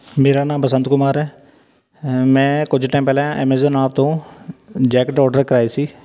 ਮੇਰਾ ਨਾਮ ਬਸੰਤ ਕੁਮਾਰ ਹੈ ਮੈਂ ਕੁਝ ਟਾਈਮ ਪਹਿਲਾਂ ਐਮਾਜ਼ੋਨ ਆਪ ਤੋਂ ਜੈਕਟ ਔਰਡਰ ਕਰਵਾਈ ਸੀ